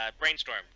brainstorm